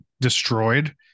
destroyed